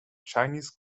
chinese